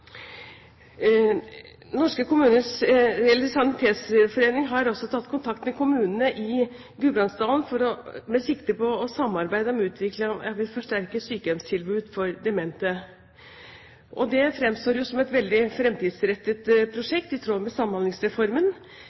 Sanitetsforening har også tatt kontakt med kommunene i Gudbrandsdalen, med sikte på å samarbeide om utviklingen av et forsterket sykehjemstilbud for demente. Det fremstår som et veldig fremtidsrettet prosjekt, i tråd med Samhandlingsreformen.